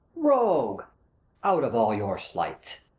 rogue out of all your sleights.